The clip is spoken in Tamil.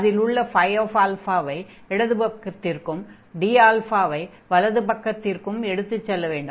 அதில் உள்ள ஐ இடது பக்கத்திற்கும் dα ஐ வலது பக்கத்திற்கும் எடுத்து செல்ல வேண்டும்